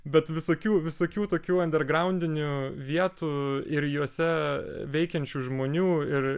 bet visokių visokių tokių andergraudinių vietų ir jose veikiančių žmonių ir